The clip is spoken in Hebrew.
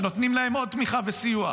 שנותנים להם עוד תמיכה וסיוע,